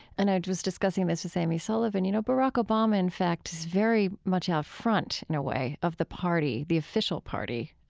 and i was discussing this with amy sullivan, you know, barack obama in fact is very much out front in a way of the party, the official party,